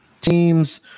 teams